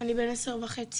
אני בן עשר וחצי.